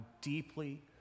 deeply